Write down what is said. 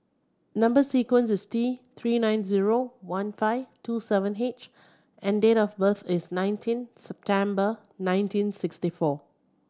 number sequence is T Three nine zero one five two seven H and date of birth is nineteen September nineteen sixty four